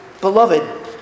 beloved